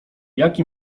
jaki